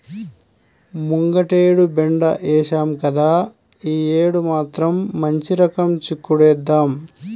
ముంగటేడు బెండ ఏశాం గదా, యీ యేడు మాత్రం మంచి రకం చిక్కుడేద్దాం